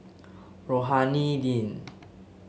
Rohani Din